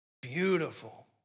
Beautiful